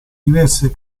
diverse